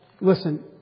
listen